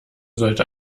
sollte